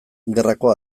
gerrako